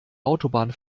autobahn